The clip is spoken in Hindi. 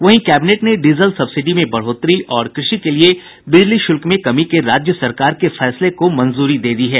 वहीं कैबिनेट ने डीजल सब्सिडी में बढ़ोतरी और कृषि के लिए बिजली शुल्क में कमी के राज्य सरकार के फैसले को मंजूरी दे दी है